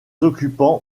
occupants